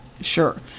Sure